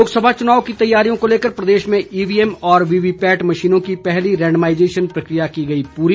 लोकसभा चुनाव की तैयारियों को लेकर प्रदेश में ईवीएम और वीवीपैट मशीनों की पहली रेंडमाईजेशन प्रक्रिया की गई पूरी